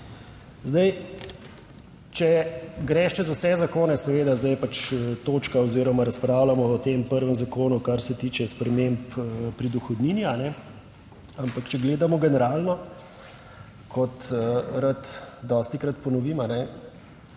Zdaj, če greš čez vse zakone, seveda, zdaj je pač točka oziroma razpravljamo o tem prvem zakonu, kar se tiče sprememb pri dohodnini, ampak če gledamo generalno, kot rad dostikrat ponovim,